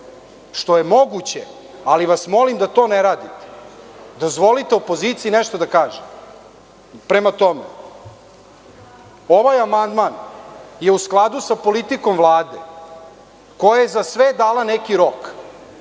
što je moguće, ali vas molim da to ne radite. Dozvolite opoziciji nešto da kaže. Prema tome, ovaj amandman je u skladu sa politikom Vlade, koja je za sve dala neki rok